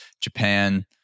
Japan